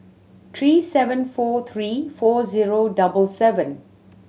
three seven four three four zero double seven